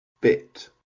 bit